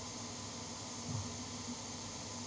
uh